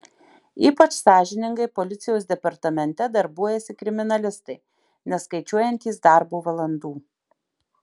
ypač sąžiningai policijos departamente darbuojasi kriminalistai neskaičiuojantys darbo valandų